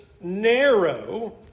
narrow